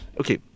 Okay